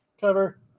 cover